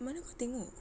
mana kau tengok